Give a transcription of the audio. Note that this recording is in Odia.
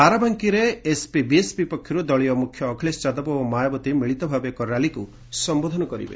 ବାରାବାଙ୍କୀରେ ଏସପିବିଏସପି ପକ୍ଷରୁ ଦଳୀୟ ମୁଖ୍ୟ ଅଖିଳେଶ ଯାଦବ ଓ ମାୟାବାଦୀ ମିଳିତଭାବେ ଏକ ର୍ୟାଲିକୁ ସମ୍ବୋଧନ କରିବେ